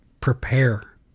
Prepare